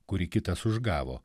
kurį kitas užgavo